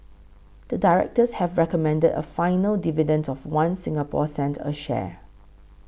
the directors have recommended a final dividend of One Singapore cent a share